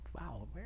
Wow